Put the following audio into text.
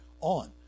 on